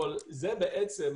אבל זה בעצם